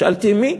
שאלתי: מי?